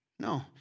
No